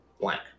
blank